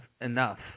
enough